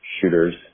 shooters